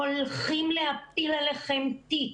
הולכים להפיל עליכם תיק.